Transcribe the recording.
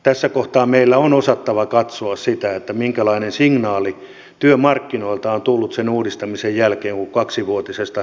tässä kohtaa meillä on osattava katsoa sitä minkälainen signaali työmarkkinoilta on tullut sen uudistamisen jälkeen kun kaksivuotisesta siirryttiin kolmivuotiseen